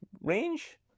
range